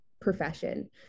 profession